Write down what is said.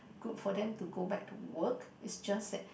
good for them to go back to work is just that